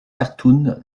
cartoon